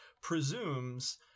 presumes